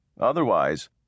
Otherwise